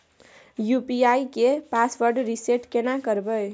UPI के password reset केना करबे?